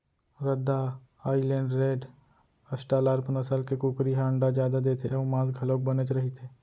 रद्दा island red, Australorp नसल के कुकरी ह अंडा जादा देथे अउ मांस घलोक बनेच रहिथे